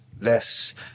less